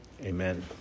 Amen